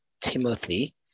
Timothy